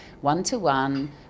one-to-one